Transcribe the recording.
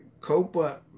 COPA